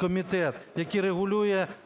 комітет, який регулює